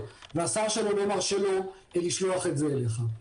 והשר שלו לא מרשה לו לשלוח את זה אליך.